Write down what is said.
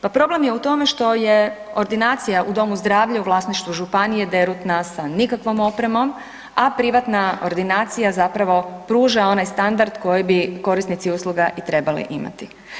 Pa problem je u tome što je ordinacija u domu zdravlja u vlasništvu županije derutna, sa nikakvom opremom, a privatna ordinacija zapravo pruža onaj standard koji bi korisnici usluga i trebali imati.